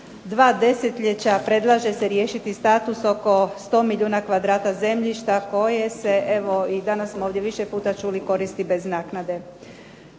2 desetljeća predlaže se riješiti status oko 100 milijuna kvadrata zemljišta koje se, evo i danas smo ovdje više puta čuli, koristi bez naknade.